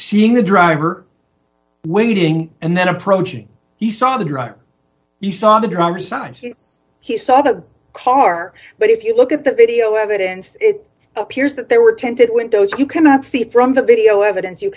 seeing the driver waiting and then approaching he saw the driver you saw the drummer signs yes he saw the car but if you look at the video evidence it appears that there were tented windows you cannot see from the video evidence you